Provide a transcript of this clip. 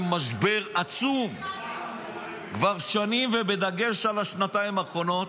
במשבר עצום כבר שנים ובדגש על השנתיים האחרונות,